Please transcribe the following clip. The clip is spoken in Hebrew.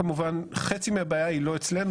חצי מהבעיה היא לא אצלנו,